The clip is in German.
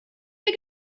wir